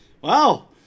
Wow